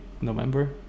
November